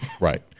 Right